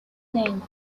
name